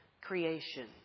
creation